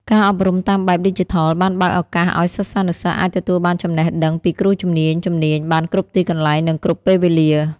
ការអប់រំតាមបែបឌីជីថលបានបើកឱកាសឱ្យសិស្សានុសិស្សអាចទទួលបានចំណេះដឹងពីគ្រូជំនាញៗបានគ្រប់ទីកន្លែង និងគ្រប់ពេលវេលា។